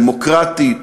דמוקרטית,